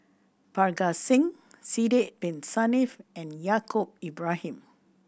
Parga Singh Sidek Bin Saniff and Yaacob Ibrahim